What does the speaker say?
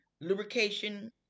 lubrication